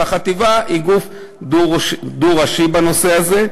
והחטיבה היא גוף דו-ראשי בנושא הזה.